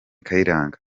kayiranga